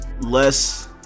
Less